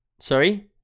sorry